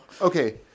Okay